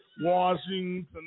Washington